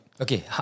Okay